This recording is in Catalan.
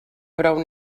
prou